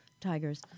tigers